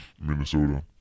Minnesota